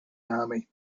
army